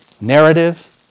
narrative